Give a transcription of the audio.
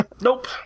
Nope